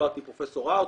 ודיברתי עם פרופ' רהט,